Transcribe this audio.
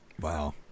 Wow